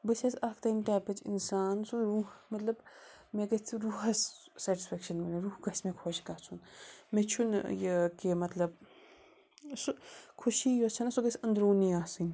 بہٕ چھَس اَکھ تَمہِ ٹایپٕچۍ اِنسان سُہ روح مطلب مےٚ گژھِ رُحَس سٮ۪ٹِسفیکشَن مِلٕنۍ روح گژھِ مےٚ خۄش گژھُن مےٚ چھُنہٕ یہِ کہِ مطلب سُہ خوشی یۄس چھنَہ سۄ گژھِ أنٛدروٗنی آسٕنۍ